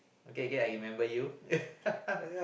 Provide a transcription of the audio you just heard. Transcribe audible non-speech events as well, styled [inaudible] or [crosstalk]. okay okay I remember you [laughs]